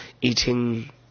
eating